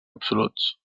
absoluts